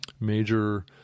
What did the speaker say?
major